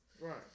Right